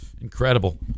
Incredible